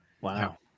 wow